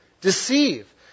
Deceive